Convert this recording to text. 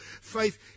Faith